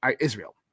Israel